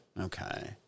Okay